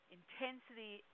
intensity